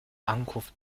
ankunft